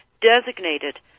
designated